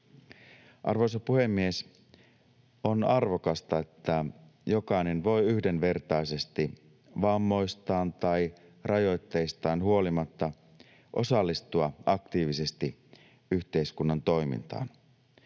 Arvoisa puhemies! On arvokasta, että jokainen voi yhdenvertaisesti vammoistaan tai rajoitteistaan huolimatta osallistua aktiivisesti yhteiskunnan toimintaan.